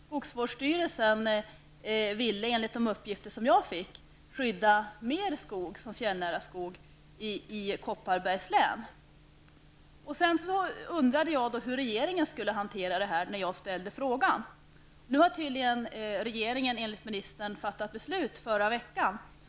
Skogsvårdsstyrelsen ville, enligt de uppgifter jag fick, skydda mer skog som fjällnära skog i Sedan undrade jag i min fråga hur regeringen skulle hantera detta. Nu har tydligen regeringen, enligt ministern, fattat beslut förra veckan.